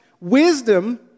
wisdom